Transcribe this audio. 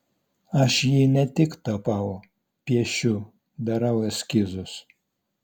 aš jį ne tik tapau piešiu darau eskizus